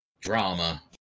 drama